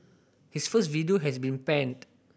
his first video has been panned